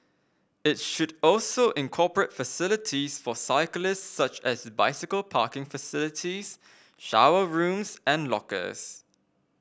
it should also incorporate facilities for cyclists such as bicycle parking facilities shower rooms and lockers